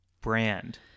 brand